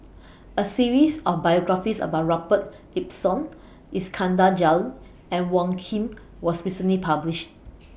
A series of biographies about Robert Ibbetson Iskandar Jalil and Wong Keen was recently published